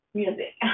music